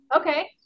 Okay